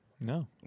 No